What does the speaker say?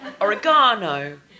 oregano